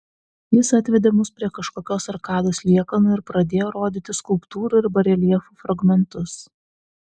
jis atvedė mus prie kažkokios arkados liekanų ir pradėjo rodyti skulptūrų ir bareljefų fragmentus